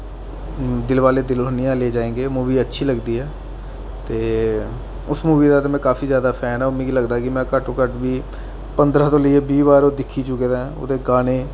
दिल Wale Dulhaniya Le Jayenge movie अच्छी लगदी ऐ ते उस मूवी दा ते में काफी जैदा फैन आं मिगी लगदा कि मैं घट्ट तों घट्ट बी पंदरां तों लेइयै बीह् बार ओह् दिक्खी चुके दा ऐं ओह्दे गाने